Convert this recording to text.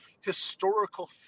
historical